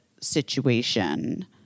situation